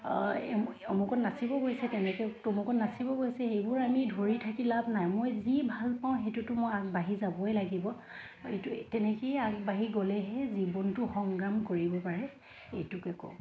এই অমুকত নাচিব গৈছে তেনেকৈ তমুকত নাচিব গৈছে সেইবোৰ আমি ধৰি থাকি লাভ নাই মই যি ভাল পাওঁ সেইটোতো মই আগবাঢ়ি যাবই লাগিব এইটো তেনেকেই আগবাঢ়ি গ'লেহে জীৱনটো সংগ্ৰাম কৰিব পাৰে এইটোকে কওঁ